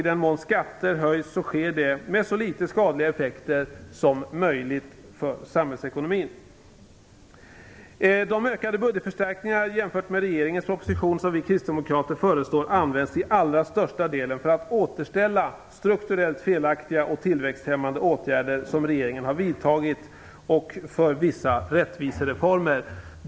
I den mån skatter höjs sker det med så litet skadliga effekter som möjligt för samhällsekonomin. De jämfört med regeringens proposition ökade budgetförstärkningar som vi kristdemokrater föreslår används till allra största delen för att återställa strukturellt felaktiga och tillväxthämmande åtgärder som regeringen har vidtagit och för genomförandet av vissa rättvisereformer.